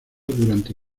durante